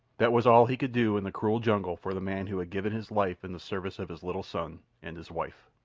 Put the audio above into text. that was all he could do in the cruel jungle for the man who had given his life in the service of his little son and his wife.